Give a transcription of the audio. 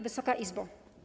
Wysoka Izbo!